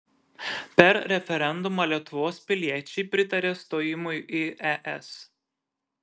per referendumą lietuvos piliečiai pritarė stojimui į es